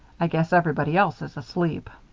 i guess everybody else is asleep.